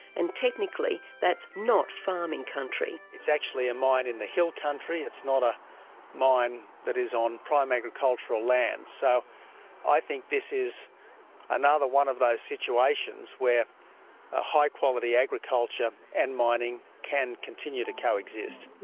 and technically that's not farming country. it's actually a mine in the hill country, it's not ah mine that is on prime agricultural land. so i think this is and another one of those situations where ah high-quality agriculture and mining can continue to coexist.